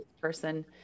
person